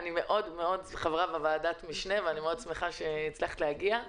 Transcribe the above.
את חברה בוועדת המשנה ואני שמחה מאוד שהצלחת להגיע.